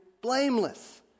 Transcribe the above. blameless